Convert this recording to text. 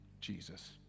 Jesus